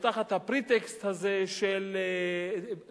או תחת ה-pretext הזה של "דמוקרטיה